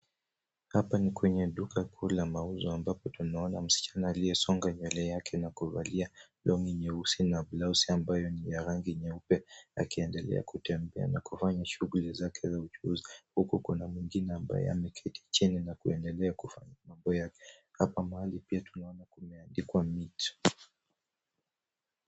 Hapa ni kwenye duka kuu la mauzo ambapo tunaona msichana aliyesonga nywele yake na kuvalia long'i nyeusi na blausi ambayo ni ya rangi nyeupe akiendelea kutembea na kufanya shughuli zake za uchuuzi huku kuna mwingine ambaye ameketi chini na kuendelea kufanga mambo yake. Hapa mahali pia tunaona kumeandikwa meat .